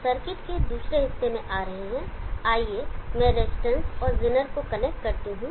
अब सर्किट के दूसरे हिस्से में आ रहे हैं आइए मैं रजिस्टेंस और जेनर को कनेक्ट करता हूं